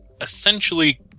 essentially